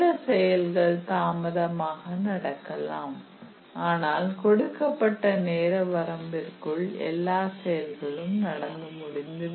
சில செயல்கள் தாமதமாக நடக்கலாம் ஆனால் கொடுக்கப்பட்ட நேர வரம்பிற்குள் எல்லா செயல்களும் நடந்து முடிந்துவிடும்